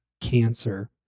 cancer